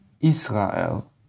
Israel